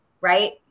right